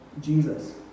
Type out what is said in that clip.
Jesus